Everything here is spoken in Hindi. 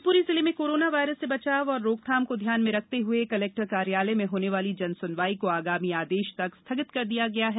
शिवपुरी जिले में कोरोना वायरस से बचाव और रोकथाम को ध्यान में रखते हुए कलेक्टर कार्यालय में होने वाली जनसुनवाई को आगामी आदेश तक स्थगित कर दिया गया है